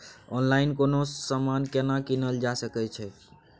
Online कोनो समान केना कीनल जा सकै छै?